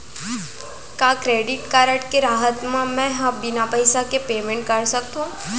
का credit card के रहत म, मैं ह बिना पइसा के पेमेंट कर सकत हो?